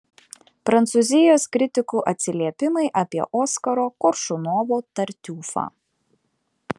prancūzijos kritikų atsiliepimai apie oskaro koršunovo tartiufą